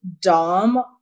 Dom